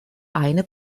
eine